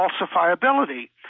falsifiability